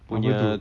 apa tu